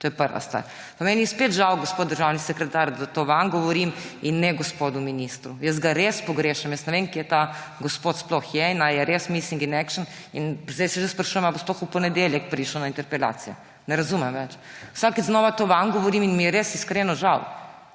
To je prva stvar. Meni je spet žal, gospod državni sekretar, da to vam govorim in ne gospodu ministru. Jaz ga res pogrešam, ne vem, kje ta gospod sploh je in ali je res »missing in action«. Zdaj se že sprašujem, ali bo sploh v ponedeljek prišel na interpelacijo. Ne razumem več. Vsakič znova to vam govorim in mi je res iskreno žal,